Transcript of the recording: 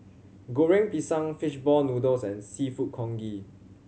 Goreng Pisang fish ball noodles and Seafood Congee